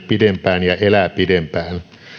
pidempään ja elää pidempään